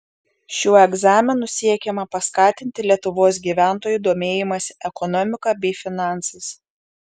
šiuo egzaminu siekiama paskatinti lietuvos gyventojų domėjimąsi ekonomika bei finansais